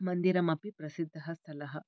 मन्दिरमपि प्रसिद्धः स्थलः